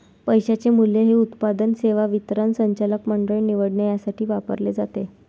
पैशाचे मूल्य हे उत्पादन, सेवा वितरण, संचालक मंडळ निवडणे यासाठी वापरले जाते